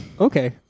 Okay